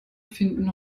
finden